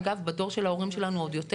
אגב, בדור של ההורים שלנו עוד יותר.